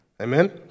Amen